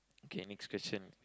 okay next question